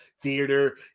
theater